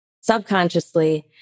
Subconsciously